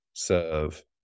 Serve